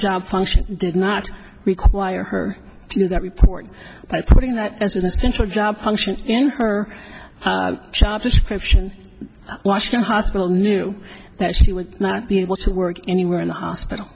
job function did not require her to do that report by putting that as an essential job function in her shop description washington hospital knew that she would not be able to work anywhere in the hospital